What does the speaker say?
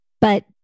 But-